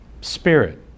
Spirit